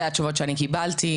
זה התשובות שאני קיבלתי.